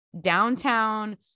downtown